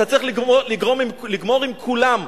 אתה צריך לגמור עם כולם,